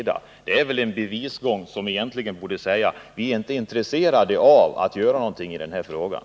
Det bevisar väl att man egentligen borde säga: Vi är inte intresserade av att göra någonting i den här frågan.